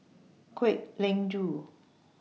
Kwek Leng Joo